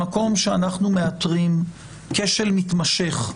במקום שאנחנו מאתרים כשל מתמשך,